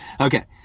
Okay